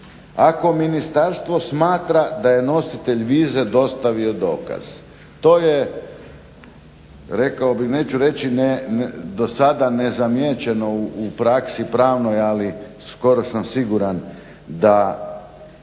ako ministarstvo smatra da je nositelj vize dostavio dokaz. To je rekao bih, neću reći dosada nezamijećeno u praksi pravnoj ali skoro sam siguran da